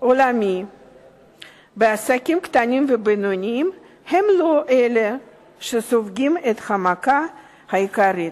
העולמי עסקים קטנים ובינוניים הם אלה שסופגים את המכה העיקרית,